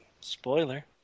Spoiler